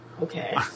Okay